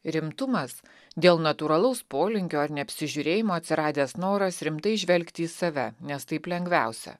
rimtumas dėl natūralaus polinkio ar neapsižiūrėjimo atsiradęs noras rimtai žvelgti į save nes taip lengviausia